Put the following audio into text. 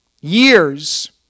years